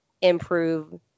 improve